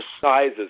sizes